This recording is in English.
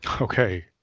Okay